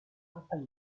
upper